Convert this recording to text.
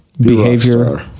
behavior